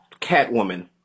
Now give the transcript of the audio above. Catwoman